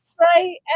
Right